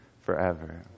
forever